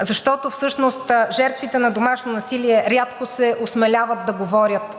защото всъщност жертвите на домашно насилие рядко се осмеляват да говорят,